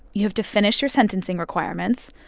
you have to finish your sentencing requirements,